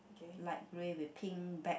light grey with pink back